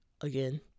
again